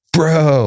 Bro